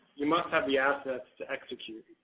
you must have the assets to execute.